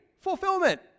Fulfillment